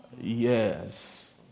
Yes